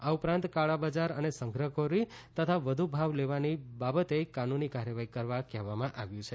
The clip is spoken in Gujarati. આ ઉપરાંત કાળા બજાર અને સંગ્રહખોરી તથા વધુ ભાવ લેવાની બાબતે કાનૂની કાર્યવાહી કરવા કહેવામાં આવ્યું છે